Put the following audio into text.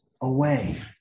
away